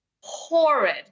horrid